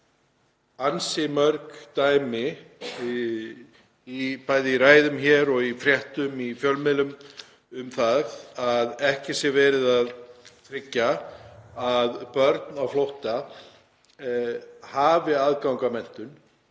ansi mörg dæmi, bæði í ræðum hér og í fréttum í fjölmiðlum, um að ekki sé verið að tryggja að börn á flótta hafi aðgang að menntun.